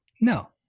no